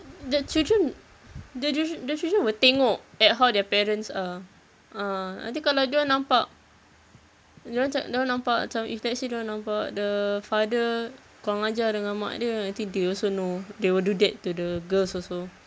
the children the childr~ the children will tengok at how their parents are ah nanti kalau dorang nampak dorang macam dorang nampak macam if let's say dorang nampak the father kurang ajar dengan mak dia nanti they also know they will do that to the girls also